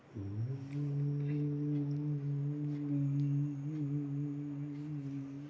ओम्